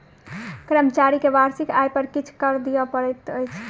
कर्मचारी के वार्षिक आय पर किछ कर दिअ पड़ैत अछि